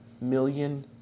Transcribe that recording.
million